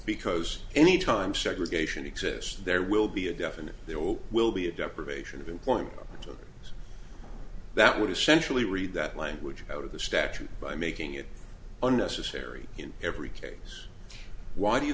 because any time segregation exists there will be a definite there will be a deprivation of importance that would essentially read that language out of the statute by making it unnecessary in every case why do you